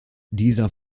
dieser